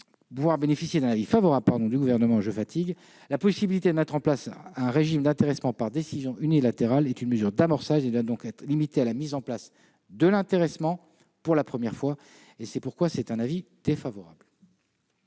peut bénéficier d'un avis favorable du Gouvernement. La possibilité de mettre en place un régime d'intéressement par décision unilatérale est une mesure d'amorçage et doit donc être limitée à la mise en place de l'intéressement pour la première fois. Le Gouvernement a également émis un avis défavorable